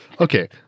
Okay